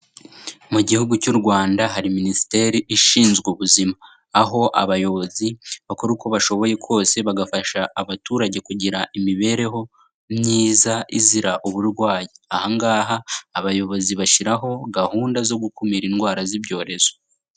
Mu gihugu cy'u Rwanda hari minisiteri ishinzwe ubuzima. Aho abayobozi bakora uko bashoboye kose bagafasha abaturage kugira imibereho myiza izira uburwayi. Aha ngaha, abayobozi bashyiraho gahunda zo gukumira indwara z'ibyorezo.